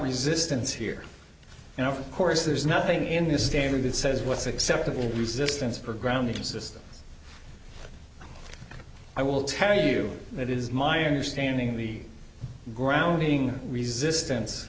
resistance here and of course there's nothing in this game that says what's acceptable resistance for grounding system i will tell you that is my understanding the grounding resistance